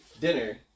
dinner